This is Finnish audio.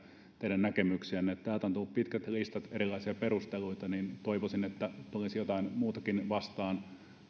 teidän näkemyksiänne kun täältä on tullut pitkät listat erilaisia perusteluita niin toivoisin että olisi jotakin muutakin vastaan